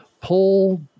pull